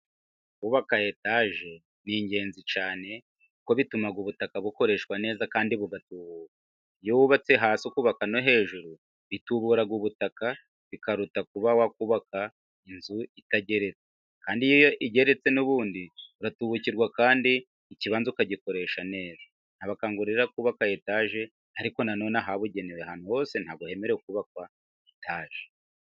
Kubaka etaje ni ingenzi cyane， kuko bituma ubutaka bukoreshwa neza， kandi bugatubuka. Iyo wubatse hasi ukubaka no hejuru，bitubura ubutaka， bikaruta kuba wakubaka inzu itageretse， kandi iyo igeretse n'ubundi，uratubukirwa kandi ikibanza ukagikoresha neza. Nabakangurira kubaka etaje， ariko nanone ahabugenewe， ahantu hose ntabwo hemerewe kubakwa etaje